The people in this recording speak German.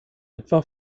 etwa